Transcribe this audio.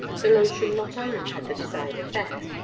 the lotion not only had the desired effect,